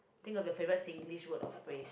think of your favourite Singlish word or phrase